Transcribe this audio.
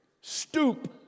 stoop